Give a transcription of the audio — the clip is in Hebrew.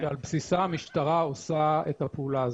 על בסיסה המשטרה עושה את הפעולה הזאת.